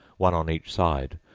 one on each side,